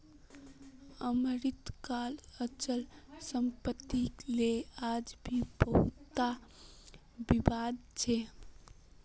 अमरीकात अचल सम्पत्तिक ले आज भी बहुतला विवाद छ